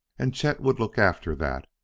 and chet would look after that.